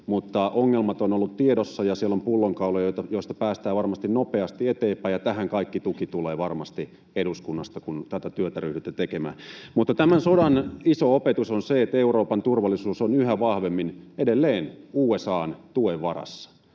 mutta ongelmat ovat olleet tiedossa ja siellä on pullonkaula, josta päästään varmasti nopeasti eteenpäin, ja tähän kaikki tuki tulee varmasti eduskunnasta, kun tätä työtä ryhdytte tekemään. Mutta tämän sodan iso opetus on se, että Euroopan turvallisuus on yhä vahvemmin, edelleen, USA:n tuen varassa.